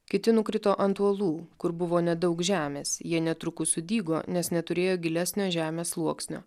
kiti nukrito ant uolų kur buvo nedaug žemės jie netrukus sudygo nes neturėjo gilesnio žemės sluoksnio